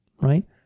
right